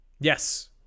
Yes